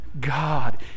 God